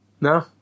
No